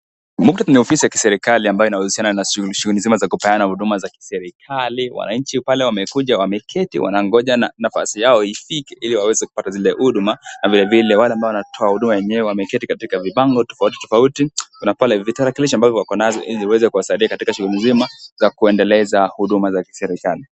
Muktadha ni wa ofisi ya kiserikali ambayo inahusiana na shughuli nzima za kupeana huduma za kiserikali. Wananchi pale wamekuja, wameketi na wanangoja nafasi yao ifike ili waweze kupata zile huduma na vile vile wale ambao wanatoa huduma yenyewe wameketi katika vibango tofauti tofauti. Kuna pale vitarakilishi ambavyo wako nazo ili viweze kuwasaidia katika shughuli nzima za kuendeleza huduma za kiserikali.